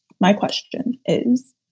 my question is,